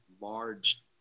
large